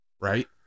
right